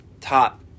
top